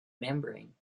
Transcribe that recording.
membrane